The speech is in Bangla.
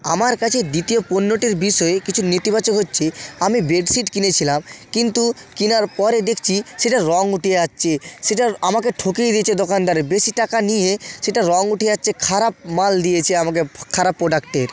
আমার কাছে দ্বিতীয় পণ্যটির বিষয়ে কিছু নেতিবাচক হচ্ছে আমি বেডশিট কিনেছিলাম কিন্তু কিনার পরে দেখছি সেটার রঙ উটে যাচ্ছে সেটা আমাকে ঠকিয়ে দিয়েছে দোকানদারে বেশি টাকা নিয়ে সেটার রঙ উঠে যাচ্ছে খারাপ মাল দিয়েছে আমাকে খারাপ প্রোডাক্টের